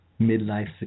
midlife